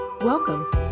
welcome